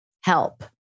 Help